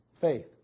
Faith